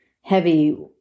heavy